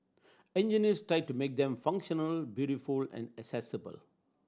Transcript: engineers tired to make them functional beautiful and accessible